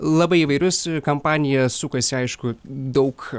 labai įvairius kampanija sukasi aišku daug